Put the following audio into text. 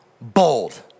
bold